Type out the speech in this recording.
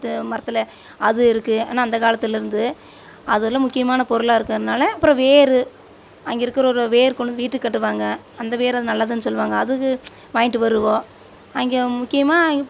மரத்தில் அது இருக்குது ஆனால் அந்த காலத்துலிருந்து அதெலாம் முக்கியமான பொருளாக இருக்கிறதுனால அப்புறம் வேர் அங்கே இருக்கிற ஒரு வேர் கொண்டு வந்து வீட்டுக்கு கட்டுவாங்க அந்த வேர் நல்லதுன்னு சொல்லுவாங்க அதுக வாங்கிட்டு வருவோம் அங்கே முக்கியமாக அங்கே